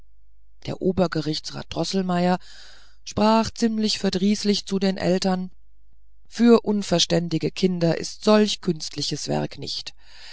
der obergerichtsrat droßelmeier sprach ziemlich verdrießlich zu den eltern für unverständige kinder ist solch künstliches werk nicht